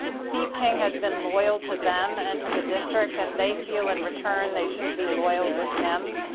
steve king has been loyal to them and and to the district. and they feel, in return, they should be loyal to him.